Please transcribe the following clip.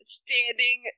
standing